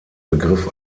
begriff